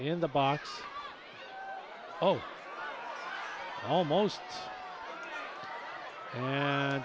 in the box oh almost an